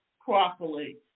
properly